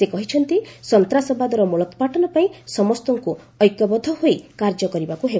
ସେ କହିଛନ୍ତି ସନ୍ତାସବାଦର ମୂଳୋତ୍ପାଟନପାଇଁ ସମସ୍ତଙ୍କୁ ଐକ୍ୟବଦ୍ଧ ହୋଇ କାର୍ଯ୍ୟ କରିବାକୁ ହେବ